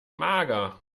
mager